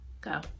Go